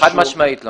חד משמעית לא.